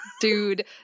Dude